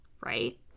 right